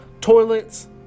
toilets